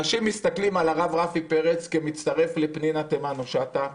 אנשים מסתכלים על הרב רפי פרץ כמי שמצטרף לפנינה תמנו שטה,